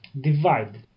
divide